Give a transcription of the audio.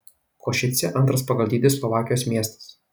košicė antras pagal dydį slovakijos miestas